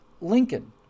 Lincoln